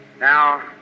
Now